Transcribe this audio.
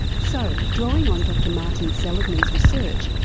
so drawing on dr martin seligman's research,